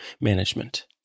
management